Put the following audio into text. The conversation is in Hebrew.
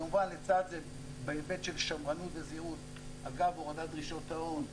כמובן לצד זה בהיבט של שמרנות וזהירות אגב הורדת דרישות ההון,